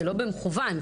שלא במכוון,